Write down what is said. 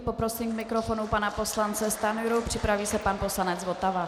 Poprosím k mikrofonu pana poslance Stanjuru, připraví se pan poslanec Votava.